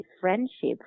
friendship